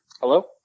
Hello